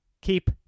Keep